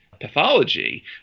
pathology